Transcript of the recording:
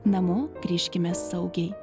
namo grįžkime saugiai